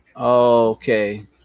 okay